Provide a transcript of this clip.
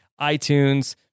iTunes